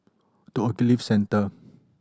The Ogilvy Centre